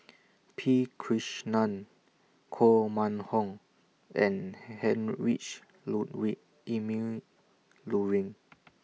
P Krishnan Koh Mun Hong and Heinrich Ludwig Emil Luering